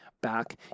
back